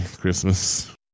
Christmas